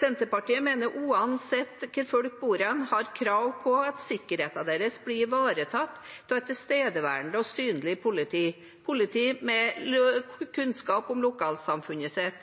Senterpartiet mener at folk, uansett hvor de bor hen, har krav på at sikkerheten deres blir ivaretatt av et tilstedeværende og synlig politi, et politi med kunnskap om lokalsamfunnet sitt,